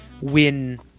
win